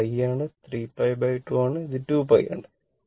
ഇത് π ആണ് ഇത് 3π2 ആണ് ഇത് 2π ആണ്